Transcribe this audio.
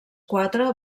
quatre